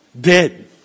dead